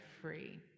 free